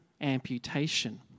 amputation